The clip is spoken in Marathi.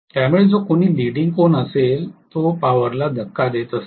त्यामुळे जो कोणी लिडिंग कोन असेल तो शक्तीला धक्का देत असतो